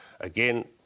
Again